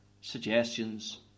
suggestions